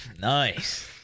Nice